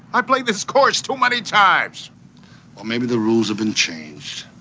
i've played this course too many times well, maybe the rules have been changed.